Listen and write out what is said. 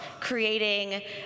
creating